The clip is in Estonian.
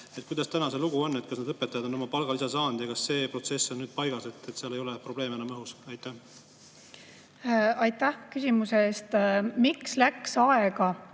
Kuidas täna see lugu on, kas need õpetajad on oma palgalisa saanud? Kas see protsess on nüüd paigas ja seal ei ole probleeme enam õhus? Aitäh küsimuse eest! Miks läks kuu